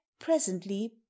presently